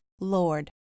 Lord